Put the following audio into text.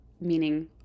meaning